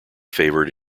favoured